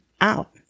out